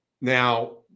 Now